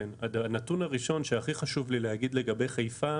הנתון הראשון שהכי חשוב לי להגיד לגבי חיפה,